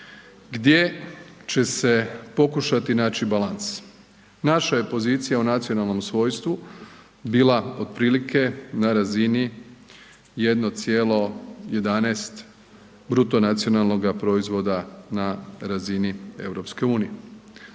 gdje će se pokušati naći balans. Naša je pozicija u nacionalnom svojstvu bila otprilike na razini 1,11 bruto nacionalnoga proizvoda na razini EU,